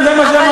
זה מה שאמרתי.